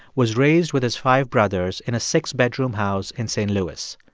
was raised with his five brothers in a six-bedroom house in st. louis.